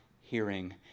hearing